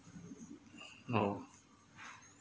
oh